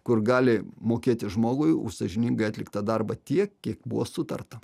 kur gali mokėti žmogui už sąžiningai atliktą darbą tiek kiek buvo sutarta